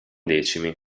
decimi